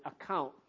account